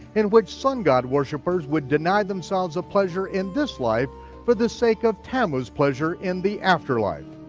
in which sun-god worshipers would deny themselves a pleasure in this life for the sake of tammuz pleasure in the afterlife.